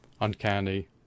uncanny